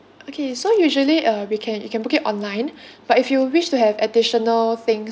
okay so usually uh we can you can book it online but if you wish to have additional things